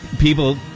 people